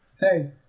hey